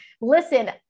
Listen